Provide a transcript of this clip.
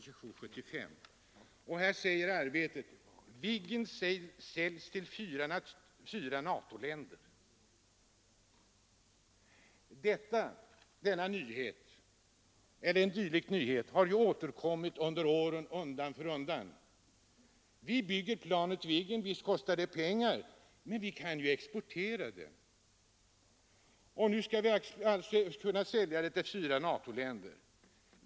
Tidningen skriver: ”Viggen säljs till fyra NATO-länder.” Sådana nyheter har återkommit med jämna mellanrum under årens lopp. Vi bygger planet Viggen — visst kostar det pengar, men vi kan ju exportera det. Nu skall vi alltså kunna sälja det till fyra NATO-länder.